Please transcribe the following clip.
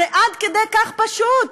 זה עד כדי כך פשוט.